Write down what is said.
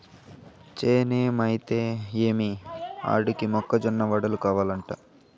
చేనేమైతే ఏమి ఆడికి మొక్క జొన్న వడలు కావలంట